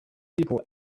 people